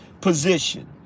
position